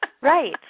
Right